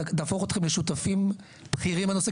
אני מבטיח לך שאנחנו נהפוך אתכם לשותפים בכירים בנושא.